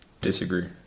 Disagree